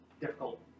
difficult